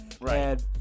Right